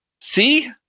See